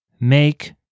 make